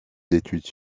d’études